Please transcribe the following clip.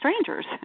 strangers